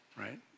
right